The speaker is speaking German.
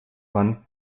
man